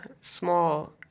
small